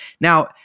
Now